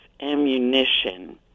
ammunition